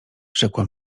rzekła